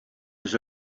his